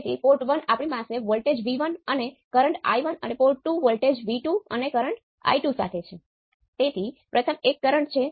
તેઓ બધાનો અર્થ એક જ થાય છે